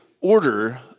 order